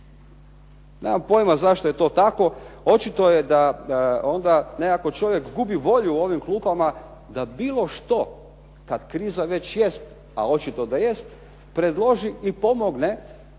Nemam pojma zašto je to tako, očito je da onda nekako čovjek gubi volju u ovim klupama da bilo što, kad kriza već jest, a očito da jest, predloži i pomogne